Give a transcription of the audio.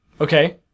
Okay